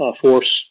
force